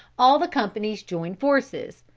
all the companies joined forces.